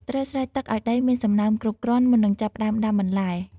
ត្រូវស្រោចទឹកឱ្យដីមានសំណើមគ្រប់គ្រាន់ មុននឹងចាប់ផ្តើមដាំបន្លែ។